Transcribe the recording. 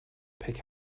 pick